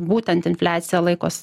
būtent infliacija laikos